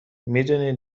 میدونی